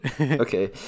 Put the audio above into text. Okay